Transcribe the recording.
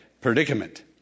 predicament